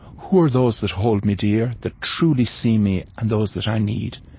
who are those that hold me dear, that truly see me, and those that i need?